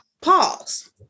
pause